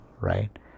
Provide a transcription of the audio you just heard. right